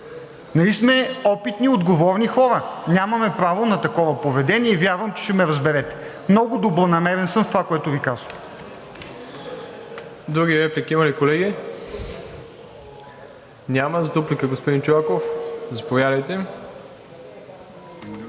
Нали сме опитни, отговорни хора! Нямаме право на такова поведение и вярвам, че ще ме разберете. Много добронамерен съм в това, което Ви казвам. ПРЕДСЕДАТЕЛ МИРОСЛАВ ИВАНОВ: Други реплики има ли, колеги? Няма. За дуплика – господин Чолаков, заповядайте.